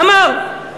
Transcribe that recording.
אמר.